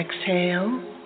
Exhale